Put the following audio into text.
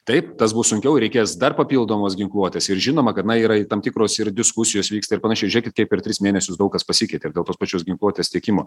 taip tas bus sunkiauir reikės dar papildomos ginkluotės ir žinoma kad na yra ir tam tikros ir diskusijos vyksta ir panašiai žiūėkitkaip per tris mėnesius daug kas pasikeitė ir dėl tos pačios ginkluotės tiekimo